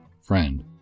Friend